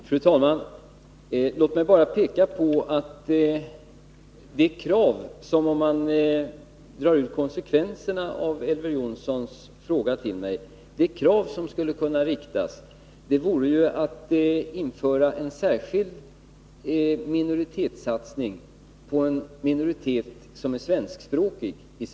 Fru talman! Låt mig bara peka på det krav som, om man drar ut konsekvenserna av Elver Jonssons fråga till mig, skulle kunna ställas, nämligen att det skall göras en särskild minoritetssatsning på en minoritet i Sverige som är svenskspråkig.